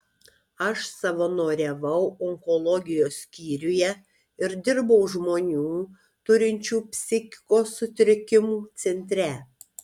aš savanoriavau onkologijos skyriuje ir dirbau žmonių turinčių psichikos sutrikimų centre